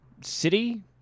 city